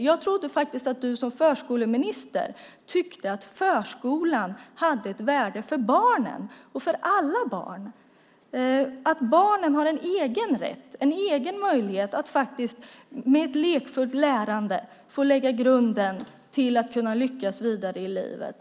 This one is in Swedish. Jag trodde att du som förskoleminister tyckte att förskolan hade ett värde för barnen och för alla barn, att barnen har en egen rätt, en egen möjlighet att faktiskt med ett lekfullt lärande få lägga grunden till att kunna lyckas vidare i livet.